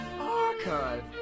Archive